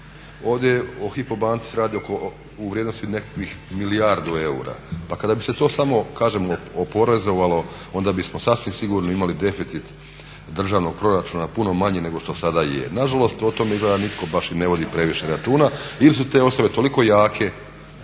Ovdje o Hypo banci se radi u vrijednosti nekakvih milijardu eura, pa kada bi se to samo kažem oporezovali onda bismo sasvim sigurno imali deficit državnog proračuna puno manji nego što sada je. Nažalost o tom izgleda nitko baš i ne vodi previše računa ili su te osobe toliko jake